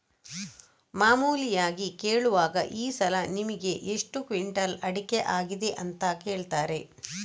ಮಾಮೂಲಿಯಾಗಿ ಕೇಳುವಾಗ ಈ ಸಲ ನಿಮಿಗೆ ಎಷ್ಟು ಕ್ವಿಂಟಾಲ್ ಅಡಿಕೆ ಆಗಿದೆ ಅಂತ ಕೇಳ್ತಾರೆ